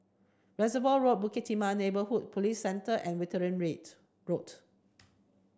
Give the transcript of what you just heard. Reservoir Road Bukit Timah Neighbourhood Police Centre and Wittering Rate Road